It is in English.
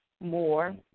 more